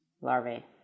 larvae